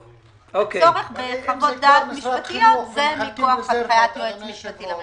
צורך בחוות דעת משפטיות זה מכוח הנחיית היועץ המשפטי לממשלה.